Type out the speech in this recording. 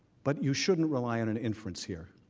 but you should not rely on an inference here,